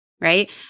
right